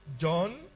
John